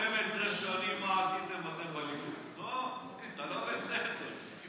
אתה לא בסדר.